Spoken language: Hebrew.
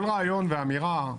כל רעיון ואמירה שלא,